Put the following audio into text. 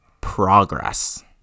progress